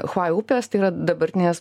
huaj upės tai yra dabartinės